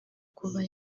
kuba